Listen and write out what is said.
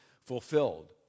fulfilled